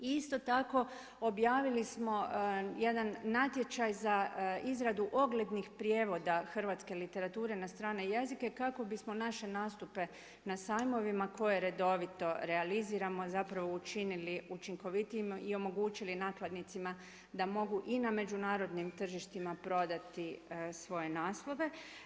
Isto tako objavili smo jedan natječaj za izradu oglednih prijevoda hrvatske literature na strane jezike kako bismo naše nastupe na sajmovima koje redovito realiziramo učinili učinkovitijima i omogućili nakladnicima da mogu i na međunarodnim tržištima prodati svoje naslove.